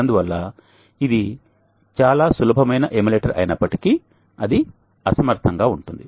అందువల్ల ఇది చాలా సులభమైన ఎమ్యులేటర్ అయినప్పటికీ అది అసమర్థంగా ఉంటుంది